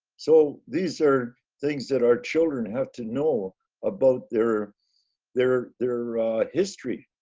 so these are things that our children have to know about their their their history.